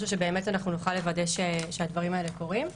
משהו שבאמת אנחנו נוכל לוודא שהדברים האלה קורים.